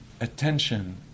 Attention